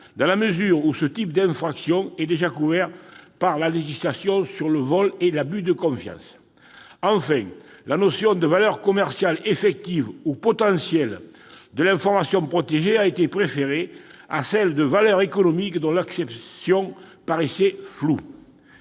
finale, car ce type d'infraction est déjà couvert par la législation sur le vol et l'abus de confiance. Enfin, la notion de valeur commerciale effective ou potentielle de l'information protégée a été préférée à celle de valeur économique, dont l'acception paraissait trop